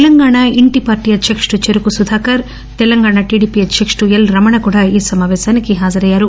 Telangana Inti party అధ్యక్తుడు Cheruku Sudhakar Telangana TDP అధ్యకుడు L Ramana కూడా ఈ సమాపేశానికి హాజరయ్యారు